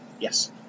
Yes